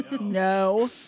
no